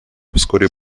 вскоре